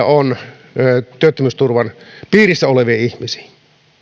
on työttömyysturvan piirissä oleviin ihmisiin